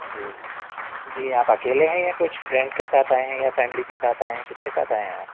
جی جی آپ اکیلے ہیں یا کچھ فرینڈ کے ساتھ آئے ہیں یا فیملی کے ساتھ آئے ہیں کس کے ساتھ آئے ہیں آپ